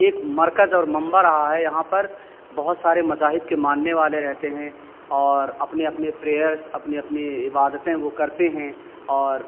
ایک مرکز اور منبر رہا ہے یہاں پر بہت سارے مذاہب کے ماننے والے رہتے ہیں اور اپنے اپنے پریئرس اپنی اپنی عبادتیں وہ کرتے ہیں اور